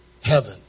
heaven